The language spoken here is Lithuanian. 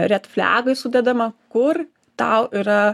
red flegai sudedama kur tau yra